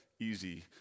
easy